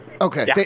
okay